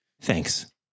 Thanks